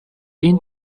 این